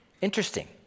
Interesting